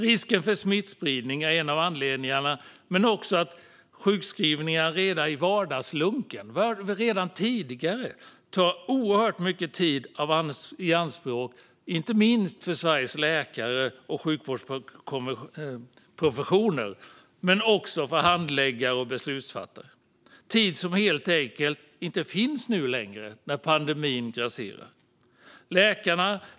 Risken för smittspridning är en av anledningarna men också att sjukskrivningar i vardagslunken, redan tidigare, tar oerhört mycket tid i anspråk av Sveriges läkare, sjukvårdsprofessioner, handläggare och beslutsfattare - tid som helt enkelt inte längre finns när pandemin grasserar.